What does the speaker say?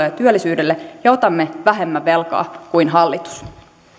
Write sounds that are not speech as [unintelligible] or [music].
[unintelligible] ja työllisyydelle ja otamme vähemmän velkaa kuin hallitus [unintelligible] [unintelligible]